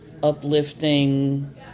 Uplifting